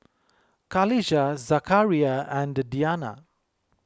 Qalisha Zakaria and Diyana